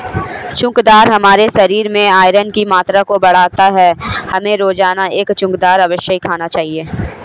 चुकंदर हमारे शरीर में आयरन की मात्रा को बढ़ाता है, हमें रोजाना एक चुकंदर अवश्य खाना चाहिए